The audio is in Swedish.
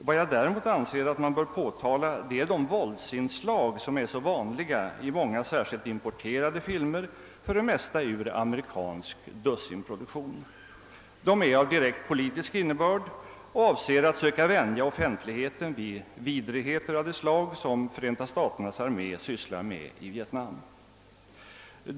Vad jag däremot anser att man bör påtala är de våldsinslag som är så vanliga i många filmer, särskilt importerade och för det mesta ur amerikansk dussinproduktion. De är av direkt politisk innebörd och avser att vänja offentligheten vid vidrigheter av det slag som Förenta staternas armé sysslar med i Vietnam.